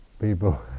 people